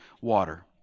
water